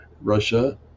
Russia